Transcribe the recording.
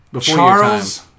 Charles